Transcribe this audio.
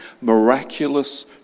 miraculous